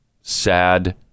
Sad